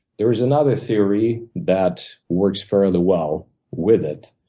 there is another theory that works fairly well with it.